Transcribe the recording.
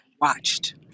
watched